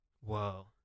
Whoa